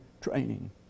training